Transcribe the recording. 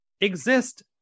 exist